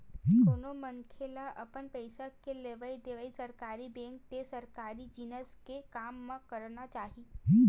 कोनो मनखे ल अपन पइसा के लेवइ देवइ सरकारी बेंक ते सरकारी जिनिस के काम म करना चाही